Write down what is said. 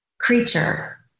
creature